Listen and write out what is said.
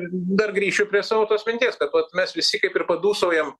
dar grįšiu prie savo tos minties kad vat mes visi kaip ir padūsaujam